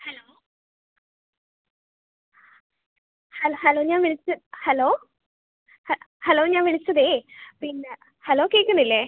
hello ഹൽ hello ഞാൻ വിളിച് ഹലോ ഹ് ഹലോ ഞാൻ വിളിച്ചതേ പിന്നെ ഹലോ കേൾക്കുന്നില്ലേ